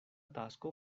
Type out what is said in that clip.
tasko